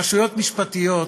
רשויות משפטיות,